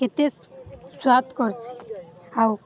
କେତେ ସ୍ୱାଦ କରଛି ଆଉ